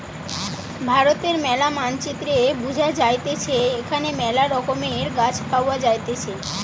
ভারতের ম্যালা মানচিত্রে বুঝা যাইতেছে এখানে মেলা রকমের গাছ পাওয়া যাইতেছে